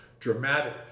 dramatic